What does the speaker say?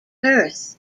perth